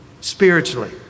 spiritually